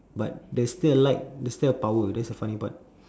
but there's still light there's still power that's the funny part